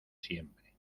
siempre